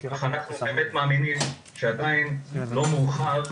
אך אנחנו באמת מאמינים שעדיין לא מאוחר